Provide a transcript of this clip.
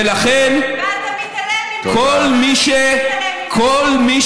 ולכן, כל מי